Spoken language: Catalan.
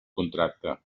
contracte